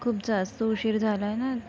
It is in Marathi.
खूप जास्त उशीर झालाय ना